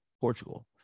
Portugal